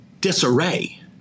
disarray